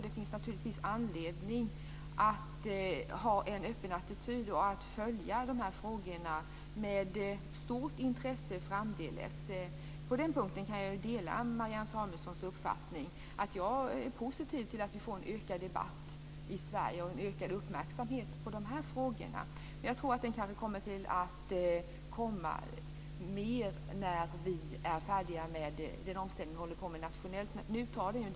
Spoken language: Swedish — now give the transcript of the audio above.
Det finns naturligtvis anledning att ha en öppen attityd och följa dessa frågor med stort intresse framdeles. På den punkten kan jag dela Marianne Samuelssons uppfattning. Jag är positiv till att vi får en ökad debatt i Sverige och en ökad uppmärksamhet på dessa frågor. Men det kanske kommer mer när vi är färdiga med den omställning vi nu håller på med nationellt.